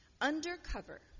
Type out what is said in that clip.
undercover